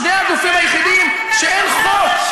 שני הגופים היחידים שאין חוק.